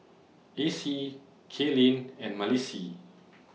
Acey Kaylyn and Malissie